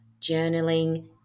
journaling